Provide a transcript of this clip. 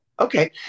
okay